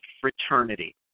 fraternity